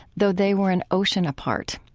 though they were an ocean apart.